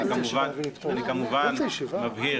אני מבהיר,